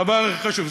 דבר הכי חשוב.